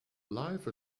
life